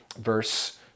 verse